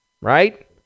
right